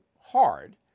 hard